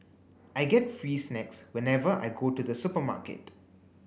I get free snacks whenever I go to the supermarket